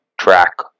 track